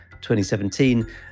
2017